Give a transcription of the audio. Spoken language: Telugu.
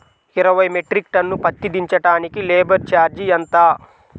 ఇరవై మెట్రిక్ టన్ను పత్తి దించటానికి లేబర్ ఛార్జీ ఎంత?